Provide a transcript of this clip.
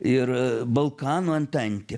ir balkanų antantė